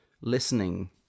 listening